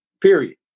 Period